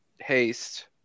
haste